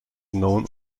known